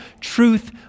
truth